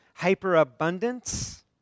hyperabundance